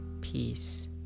peace